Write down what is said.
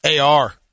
AR